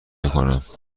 بکنم